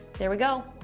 there we go.